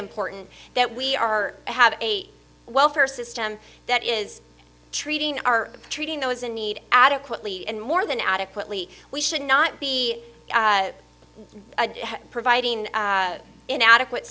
important that we are have a welfare system that is treating our treating those in need adequately and more than adequately we should not be providing inadequate